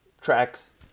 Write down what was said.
tracks